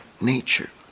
nature